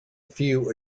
few